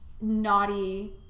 naughty